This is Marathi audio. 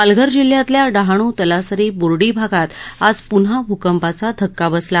पालघर जिल्ह्यातल्या डहाणू तलासरी बोर्डी भागांत आज प्न्हा भूकपाचा धक्का बसला